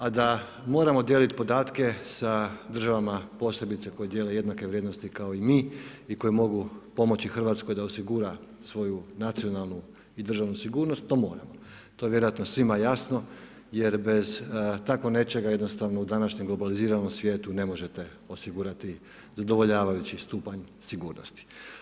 A da moramo dijeliti podatke sa državama posebice koje dijele jednake vrijednosti kao i mi i koje mogu pomoći Hrvatskoj da osigura svoju nacionalnu i državnu sigurnost to moramo, to je vjerojatno svima jasno jer bez tako nečega jednostavno u današnjem globaliziranom svijetu ne možete osigurati zadovoljavajući stupanj sigurnosti.